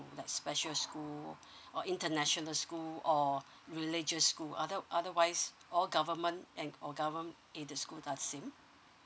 like special school or international school or religious school other otherwise all government and or government aided school dancing